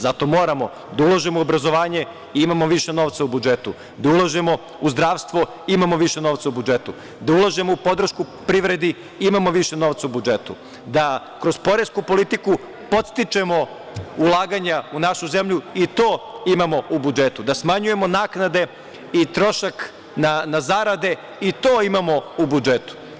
Zato moramo da ulažemo u obrazovanje, imamo više novca u budžetu, da ulažemo u zdravstvo imamo više novca u budžetu, da ulažemo u podršku privredi imamo više novca u budžetu, da kroz poresku politiku podstičemo ulaganja u našu zemlju i to imamo u budžetu, da smanjujemo naknade i trošak na zarade i to imamo u budžetu.